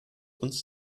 uns